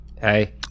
Hey